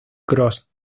cross